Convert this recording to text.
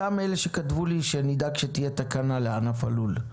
אתה מאלה שכתבו לי שנדאג שתהיה תקנה לענף הלול,